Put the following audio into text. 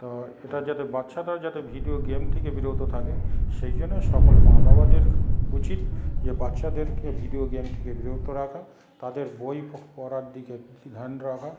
তো এটা যাতে বাচ্চারা যাতে ভিডিও গেম থেকে বিরত থাকে সেই জন্য সকল মা বাবাদের উচিৎ যে বাচ্চাদেরকে ভিডিও গেম থেকে বিরত রাখা তাদের বই পড়ার দিকে ধ্যান রাখা